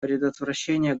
предотвращение